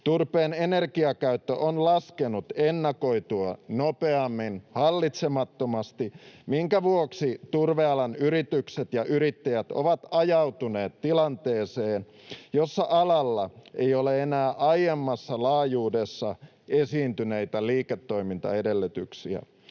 Turpeen energiakäyttö on laskenut ennakoitua nopeammin, hallitsemattomasti, minkä vuoksi turvealan yritykset ja yrittäjät ovat ajautuneet tilanteeseen, jossa alalla ei ole enää aiemmassa laajuudessa esiintyneitä liiketoimintaedellytyksiä.